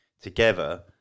together